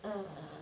um